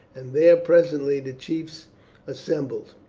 and there presently the chiefs assembled.